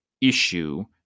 issue